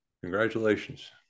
Congratulations